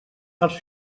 els